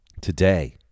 today